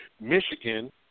Michigan